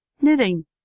knitting